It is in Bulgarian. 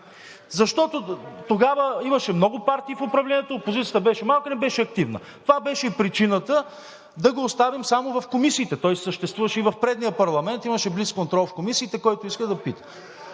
Защото тогава имаше много партии в управлението, опозицията беше малка и не беше активна. Това беше причината да го оставим само в комисиите. Той си съществуваше и в предния парламент, имаше блицконтрол в комисиите – който иска, да пита.